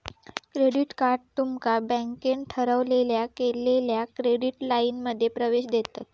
credit card तुमका बँकेन ठरवलेल्या केलेल्या क्रेडिट लाइनमध्ये प्रवेश देतत